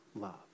love